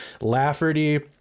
Lafferty